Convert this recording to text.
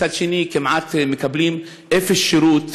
ומצד שני מקבלים כמעט אפס שירות,